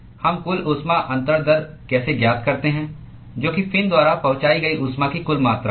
हम कुल ऊष्मा अंतरण दर कैसे ज्ञात करते हैं जो कि फिन द्वारा पहुँचाई गई ऊष्मा की कुल मात्रा है